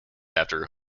after